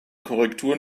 korrektur